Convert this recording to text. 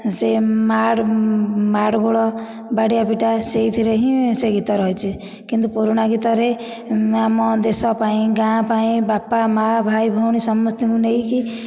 ସେ ମାଡ଼ଗୋଳ ସେ ବାଡ଼ିଆ ପିଟା ସେଥିରେ ହିଁ ସେ ଗୀତ ହି ରହିଛି କିନ୍ତୁ ପୁରୁଣା ଗୀତରେ ଆମେ ଆମ ଦେଶ ପାଇଁ ଗାଁ ପାଇଁ ବାପା ମା ଭାଇ ଭଉଣୀ ସମସ୍ତଙ୍କୁ ନେଇକି